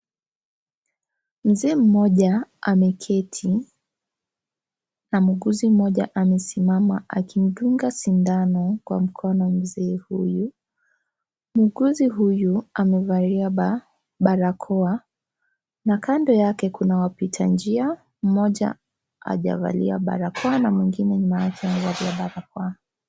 Mzee mmoja ameketi na muuguzi mmoja amesimama akimdunga sindano kwa mkono mzee huyu. Muuguzi amevalia barakoa na kando yake kuna wapita njia. Mmoja hajavalia barakoa na mwingine nyuma yake amevalia barakoa.